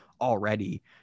already